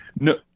no